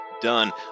Done